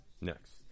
next